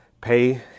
pay